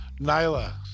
Nyla